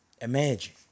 Imagine